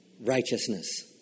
righteousness